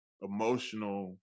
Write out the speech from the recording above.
emotional